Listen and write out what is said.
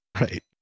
Right